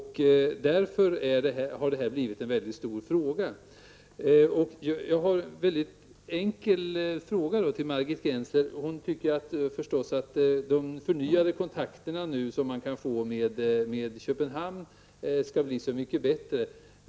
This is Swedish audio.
Därför har detta blivit en så stor fråga. Margit Gennser tror att kontakterna med Köpenhamn nu skall bli så mycket bättre.